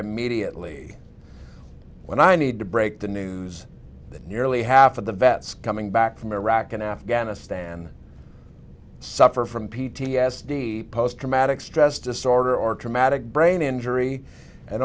immediately when i need to break the news that nearly half of the vets coming back from iraq and afghanistan suffer from p t s d post traumatic stress disorder or traumatic brain injury and